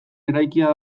eraikia